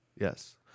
Yes